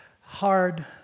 hard